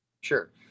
Sure